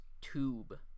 tube